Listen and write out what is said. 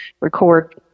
record